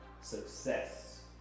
success